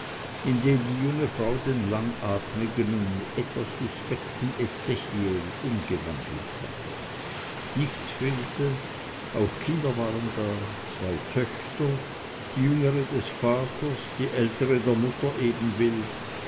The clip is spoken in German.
in den die junge frau den langatmigen und etwas suspekten ezechiel umgewandelt hatte nichts fehlte auch kinder waren da zwei töchter die jüngere des vaters die ältere der mutter ebenbild